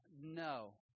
No